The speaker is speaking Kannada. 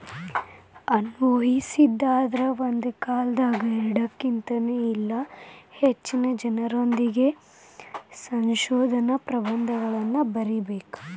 ಅನ್ವಯಿಸೊದಾದ್ರ ಒಂದ ಕಾಲದಾಗ ಎರಡಕ್ಕಿನ್ತ ಇಲ್ಲಾ ಹೆಚ್ಚಿನ ಜನರೊಂದಿಗೆ ಸಂಶೋಧನಾ ಪ್ರಬಂಧಗಳನ್ನ ಬರಿಬೇಕ್